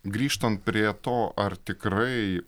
grįžtant prie to ar tikrai